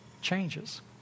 changes